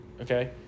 Okay